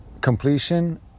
completion